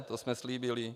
To jsme slíbili.